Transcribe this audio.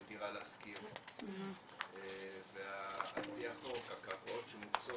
'דירה להשכיר' ועל פי החוק הקרקעות שמוקצות,